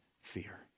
fear